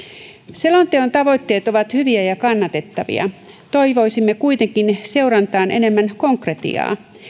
selonteon tavoitteet ovat hyviä ja kannatettavia toivoisimme kuitenkin seurantaan enemmän konkretiaa